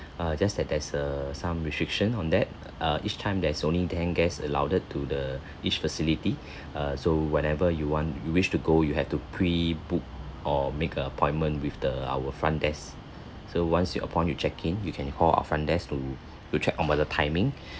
uh just that there's a some restriction on that uh each time there's only ten guest allowed to the each facility uh so whenever you want you wish to go you have to pre-book or make a appointment with the our front desk so once you upon you check in you can call our front to to check on about the timing